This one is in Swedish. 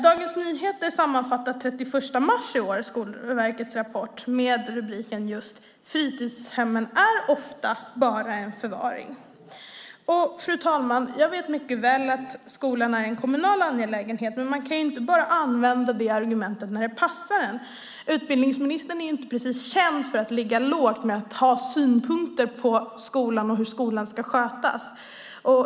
Dagens Nyheter sammanfattade den 31 mars i år Skolverkets rapport med rubriken "Fritidshemmen ofta bara förvaring". Fru talman! Jag vet mycket väl att skolan är en kommunal angelägenhet, men man kan inte använda det argumentet bara när det passar. Utbildningsministern är inte precis känd för att ligga lågt med att ha synpunkter på skolan och hur skolan ska skötas.